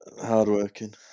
Hardworking